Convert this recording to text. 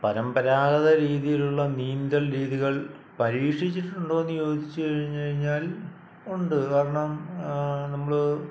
പരമ്പരാഗത രീതിയിലുള്ള നീന്തൽ രീതികൾ പരീക്ഷിച്ചിട്ടുണ്ടോ എന്നു ചോദിച്ച് കഴിഞ്ഞഴിഞ്ഞാൽ ഉണ്ട് കാരണം നമ്മള്